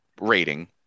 rating